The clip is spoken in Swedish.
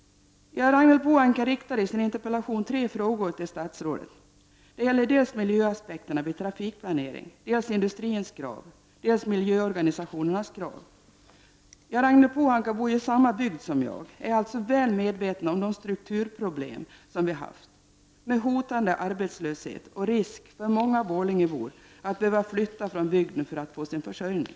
Ragnhild Pohanka riktar i sin interpellation tre frågor till statsrådet. Det gäller dels miljöaspekterna vid trafikplanering, dels industrins krav, dels miljöorganisationernas krav. Ragnhild Pohanka bor i samma bygd som jag. Hon är alltså väl medveten om de strukturproblem som vi har haft. Jag tänker då på den hotande arbetslösheten och den risk som finns att många borlängebor måste flytta från bygden för att få sin försörjning.